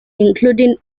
including